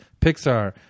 Pixar